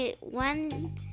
one